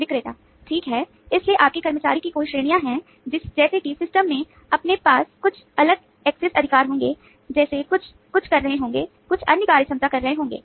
विक्रेता ठीक है इसलिए आपके कर्मचारियों की कोई श्रेणियां हैं जैसे कि सिस्टम अधिकार होंगे जैसे कुछ कुछ कर रहे होंगे कुछ अन्य कार्यक्षमता कर रहे होंगे